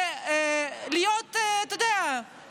אתה יודע,